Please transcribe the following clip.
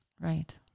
right